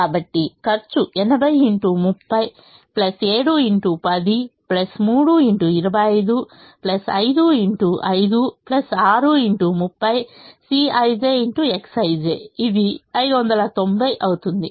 కాబట్టి ఖర్చు 8 x 30 7 x 10 3 x 25 5 x 5 6 x 30 Cij x Xij ఇది 590 అవుతుంది